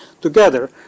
together